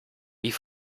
wie